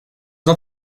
not